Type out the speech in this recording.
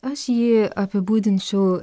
aš jį apibūdinčiau